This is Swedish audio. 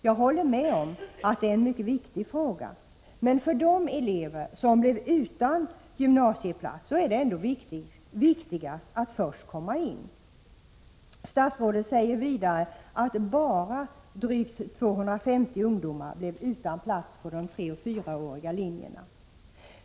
Jag håller med om att det är en mycket viktig fråga, men för de elever som blev utan gymnasieplats är det ändå viktigast att först komma in. Statsrådet säger vidare att ”bara” drygt 250 ungdomar blev utan plats på de treoch fyraåriga linjerna.